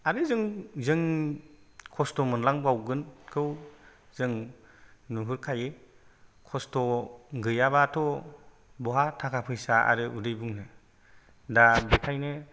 आरो जों जों खस्थ' मोनलांबावगोनखौ जों नुहुरखायो खस्थ' गैयाब्लाथ' बहा थाखा फैसा आरो उदै बुंनो दा बेखायनो